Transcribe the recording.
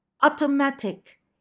Automatic